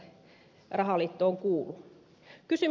kysymys kuuluu